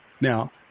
now